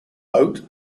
boat